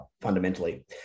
fundamentally